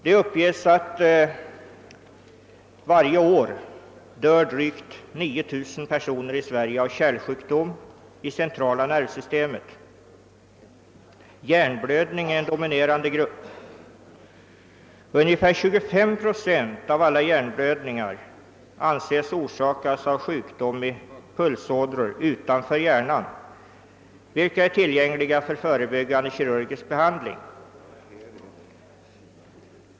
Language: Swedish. Det uppges att varje år drygt 9 000 personer i Sverige dör av kärlsjukdom i det centrala nervsystemet. Hjärnblödning är en dominerande grupp. Ungefär 25 procent av alla hjärnblödningar anses vara orsakade av sjukdom i puls ådror utanför hjärnan, vilka är tillgängliga för förebyggande kirurgisk behandling.